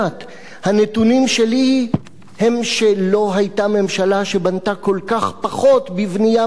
הנתונים שלי הם שלא היתה ממשלה שבנתה כל כך מעט בבנייה ממשלתית.